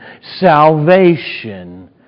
salvation